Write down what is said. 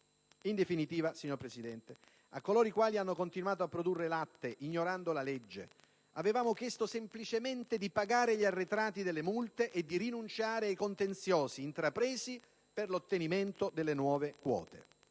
In definitiva, signor Presidente, a coloro i quali hanno continuato a produrre latte ignorando la legge avevamo chiesto semplicemente di pagare gli arretrati delle multe e di rinunciare ai contenziosi intrapresi per l'ottenimento delle nuove quote.